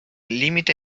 límite